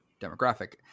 demographic